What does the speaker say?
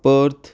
Perth